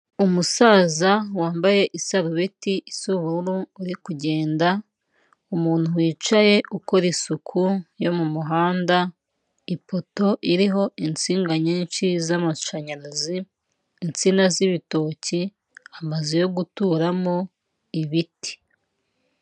Ni mu isoko ry'ibiribwa harimo abantu bagaragara ko bari kugurisha, ndabona imboga zitandukanye, inyuma yaho ndahabona ibindi bintu biri gucuruzwa ,ndahabona ikimeze nk'umutaka ,ndahabona hirya ibiti ndetse hirya yaho hari n'inyubako.